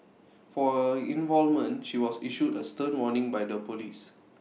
for involvement she was issued A stern warning by the Police